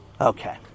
Okay